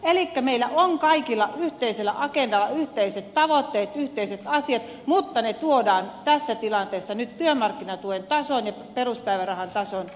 elikkä meillä on kaikilla yhteisellä agendalla yhteiset tavoitteet yhteiset asiat mutta ne tuodaan tässä tilanteessa nyt työmarkkinatuen tason ja peruspäivärahan tason korottamisena